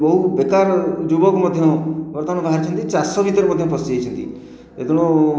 ବହୁ ବେକାର ଯୁବକ ମଧ୍ୟ ବର୍ତ୍ତମାନ ବାହାରିଚନ୍ତି ଚାଷ ଭିତରେ ମଧ୍ୟ ପଶି ଯାଇଛନ୍ତି ଏ ତେଣୁ